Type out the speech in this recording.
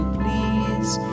please